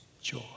joy